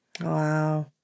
Wow